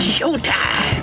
Showtime